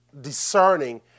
discerning